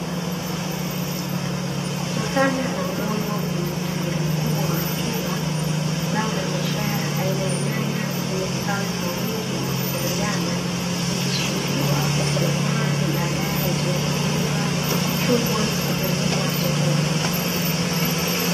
Kutokana na udongo wenye utajiri mkubwa wa rutuba, zao la biashara aina ya nyanya zimestawi kwa wingi na kuzaliana. Zikisubiriwa kukomaa na baadae ziweze kuiva, kuchumwa na kupelekwa sokoni.